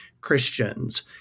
Christians